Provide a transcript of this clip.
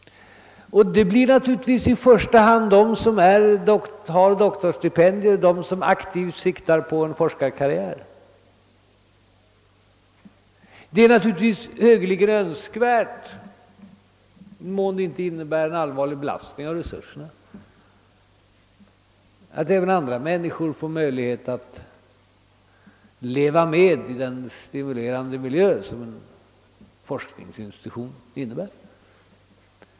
Det blir naturligtvis i första hand de som har doktorsstipendier och de som aktivt siktar på en forskarkarriär som får handledning. Det är naturligtvis högeligen önskvärt — i den mån det inte innebär en allvarlig belastning av resurserna — att även andra människor får möjlighet att leva med i den stimulerande miljö som en forskningsinstitution innebär.